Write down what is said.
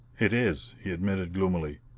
it is, he admitted gloomily.